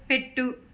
పెట్టు